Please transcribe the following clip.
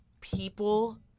people